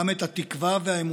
גם את התקווה והאמונה.